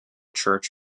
church